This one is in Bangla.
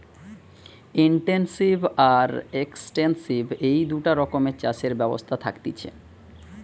ইনটেনসিভ আর এক্সটেন্সিভ এই দুটা রকমের চাষের ব্যবস্থা থাকতিছে